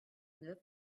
neuf